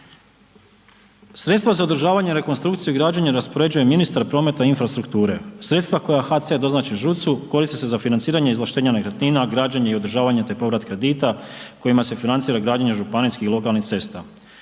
Sredstva za održavanje, rekonstrukciju i građenje raspoređuje ministar prometa infrastrukture, sredstva koja HAC doznači ŽUC-u koristi se za financiranje izvlaštenja nekretnina, građenje i održavanje, te povrat kredita kojima se financira građenje županijskih lokalnih cesta.